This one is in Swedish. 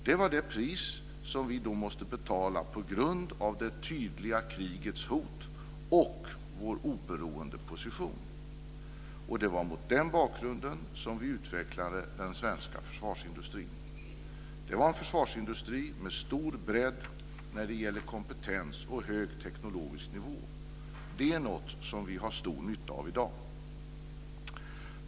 Det var det pris som vi då måste betala på grund av det tydliga krigets hot och vår oberoende position. Och det var mot den bakgrunden som vi utvecklade den svenska försvarsindustrin. Det var en försvarsindustri med stor bredd vad gäller kompetens och hög teknologisk nivå. Det är något som vi har nytta av i dag.